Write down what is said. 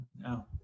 No